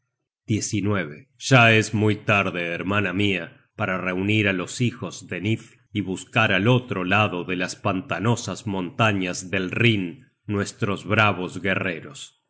ya es muy tarde hermana mia para reunir á los hijos de nifl y buscar al otro lado de las pantanosas montañas del rhin nuestros bravos guerreros